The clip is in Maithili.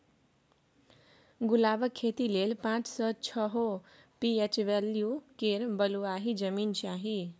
गुलाबक खेती लेल पाँच सँ छओ पी.एच बैल्यु केर बलुआही जमीन चाही